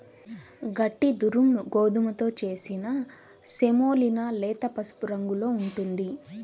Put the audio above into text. గట్టి దురుమ్ గోధుమతో చేసిన సెమోలినా లేత పసుపు రంగులో ఉంటుంది